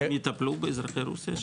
יטפלו באזרחי רוסיה שם?